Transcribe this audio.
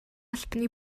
албаны